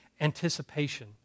anticipation